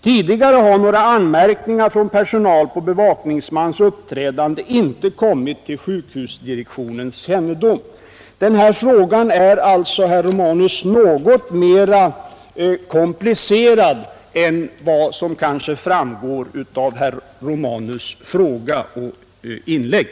Tidigare har några anmärkningar från personal på bevakningsmans uppträdande inte kommit till sjukhusdirektionens kännedom. Den här frågan är alltså, herr Romanus, något mera komplicerad än vad som kanske framgår av herr Romanus” fråga och inlägg.